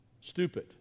stupid